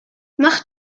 mach